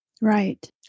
Right